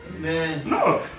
no